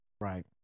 Right